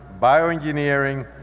bioengineering,